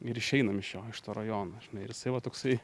ir išeinam iš jo iš to rajono ir jisai va toksai